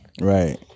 Right